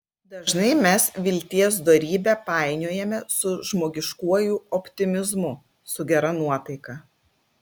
dažnai mes vilties dorybę painiojame su žmogiškuoju optimizmu su gera nuotaika